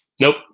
Nope